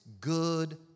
good